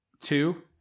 Two